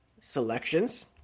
selections